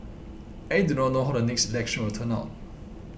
I do not know how the next election will turn out